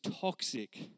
toxic